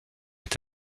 est